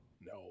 No